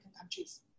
countries